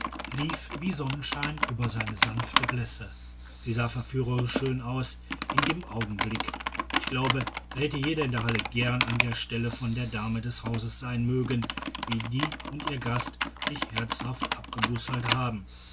lief wie sonnenschein über seine sanfte blässe sie sah verführerisch schön aus in dem augenblick ich glaube da hätte jeder in der halle gern an der stelle von der dame des hauses sein mögen wie die und ihr gast sich herzhaft abgebusselt haben